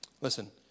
Listen